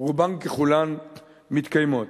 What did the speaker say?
רובן ככולן מתקיימות.